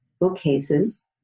bookcases